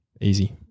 Easy